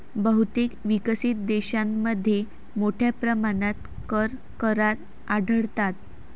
बहुतेक विकसित देशांमध्ये मोठ्या प्रमाणात कर करार आढळतात